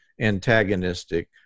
antagonistic